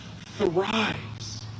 thrives